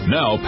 now